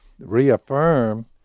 Reaffirm